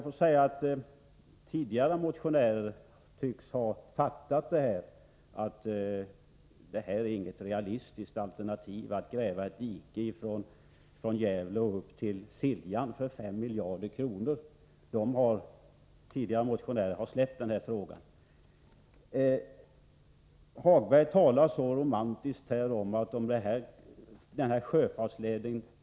De som tidigare motionerat i frågan tycks ha förstått att det inte är något realistiskt alternativ att gräva ett dike från Gävle och upp till Siljan. Kostnaden skulle som sagt bli 5 miljarder kronor. Lars-Ove Hagberg talar så romantiskt om den aktuella sjöfartsleden.